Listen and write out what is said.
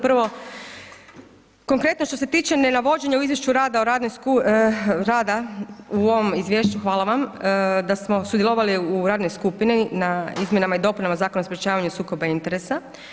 Prvo, konkretno što se tiče ne navođenja u izvješću rada u radnoj, rada u ovom izvješću, hvala vam, da smo sudjelovali u radnoj skupini na Izmjena i dopunama Zakona o sprječavanju sukoba interesa.